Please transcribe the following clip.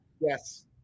Yes